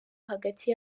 hagati